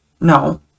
No